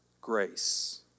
grace